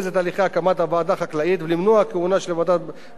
החקלאית ולמנוע כהונה של ועדה בלא הגבלת זמן,